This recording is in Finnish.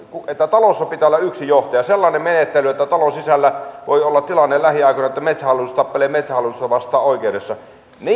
talossa pitää olla yksi johtaja sellainen menettely että talon sisällä voi olla tilanne lähiaikoina että metsähallitus tappelee metsähallitusta vastaan oikeudessa